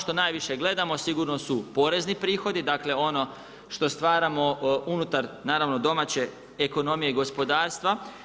Ono što najviše gledamo sigurno su porezni prihodi, dakle ono što stvaramo unutar naravno domaće ekonomije i gospodarstva.